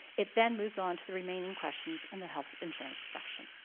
it then moves on to the remaining questions in the health insurance section.